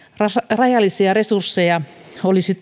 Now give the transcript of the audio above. rajallisia resursseja olisi